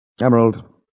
Emerald